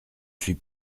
suis